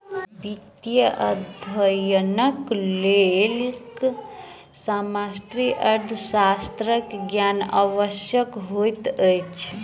वित्तीय अध्ययनक लेल समष्टि अर्थशास्त्रक ज्ञान आवश्यक होइत अछि